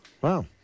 Wow